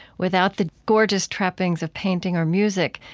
without the gorgeous trappings of painting or music,